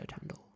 handle